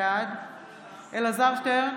בעד אלעזר שטרן,